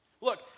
Look